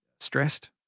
stressed